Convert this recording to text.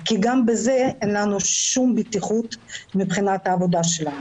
כי גם בזה איןלנו שום ביטחון מבחינת העבודה שלנו.